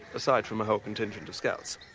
aside from a whole contingent of scouts.